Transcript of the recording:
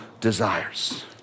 desires